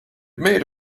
made